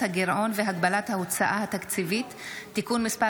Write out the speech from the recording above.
הגירעון והגבלת ההוצאה התקציבית (תיקון מס'